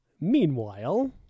Meanwhile